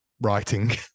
writing